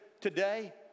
today